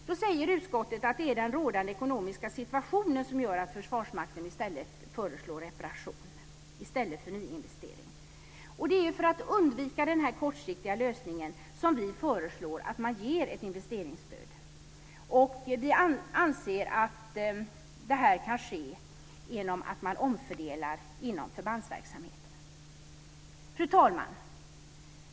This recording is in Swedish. Då säger utskottet att det är den rådande ekonomiska situationen som gör att Försvarsmakten föreslår reparation i stället för nyinvestering. Det är för att undvika den här kortsiktiga lösningen som vi föreslår att man ger ett investeringsstöd. Vi anser att det här kan ske genom att man omfördelar inom förbandsverksamheten. Fru talman!